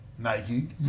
Nike